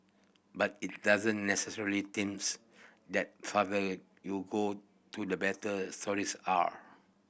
but it doesn't necessarily seems that farther you go to the better stories are